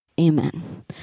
Amen